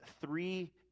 three